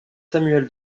samuel